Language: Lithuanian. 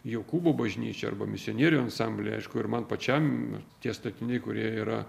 jokūbo bažnyčią arba misionierių ansamblį aišku ir man pačiam tie statiniai kurie yra